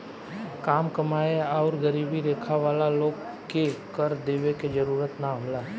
काम कमाएं आउर गरीबी रेखा वाला लोग के कर देवे के जरूरत ना होला